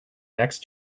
next